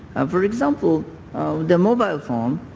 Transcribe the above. ah for example the mobile phone,